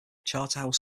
charterhouse